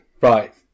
Right